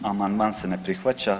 Amandman se ne prihvaća.